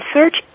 Search